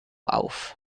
auf